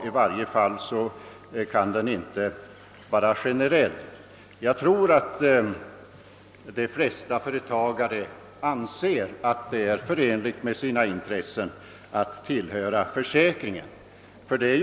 I varje fall kan den inte gälla generellt. Jag tror att de flesta företagare anser det förenligt med sina intressen att tillhöra även pensionsförsäkringen.